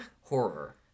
horror